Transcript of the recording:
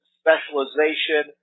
specialization